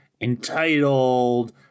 entitled